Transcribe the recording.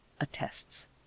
attests